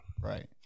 right